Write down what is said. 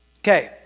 Okay